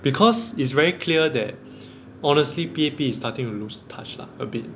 because it's very clear that honestly P_A_P is starting to lose touch lah a bit